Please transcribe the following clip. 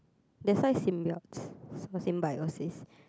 that's why symbionts is for symbiosis